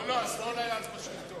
לא, השמאל היה אז בשלטון.